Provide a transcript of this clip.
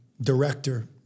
director